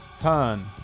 turn